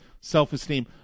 self-esteem